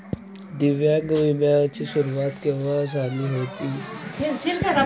दिव्यांग विम्या ची सुरुवात केव्हा झाली होती?